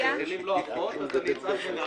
הוא אחר כך.